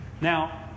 Now